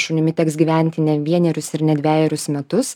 šunimi teks gyventi ne vienerius ir ne dvejerius metus